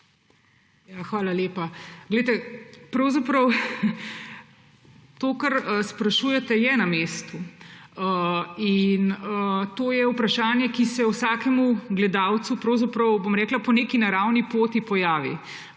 Pravzaprav to, kar sprašujete, je na mestu. To je vprašanje, ki se vsakemu gledalcu po